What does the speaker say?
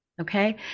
Okay